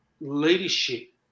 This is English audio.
leadership